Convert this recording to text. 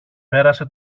πέρασε